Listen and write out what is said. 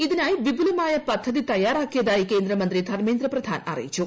ഇതിനായി വിപുലമായ പദ്ധതി തയ്യാറാക്കിയതായി കേന്ദ്രമന്ത്രി ധർമേന്ദ്ര പ്രധാൻ അറിയിച്ചു